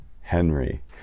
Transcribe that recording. Henry